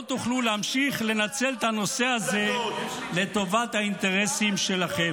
תוכלו להמשיך לנצל את הנושא הזה לטובת האינטרסים שלכם.